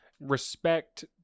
respect